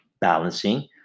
balancing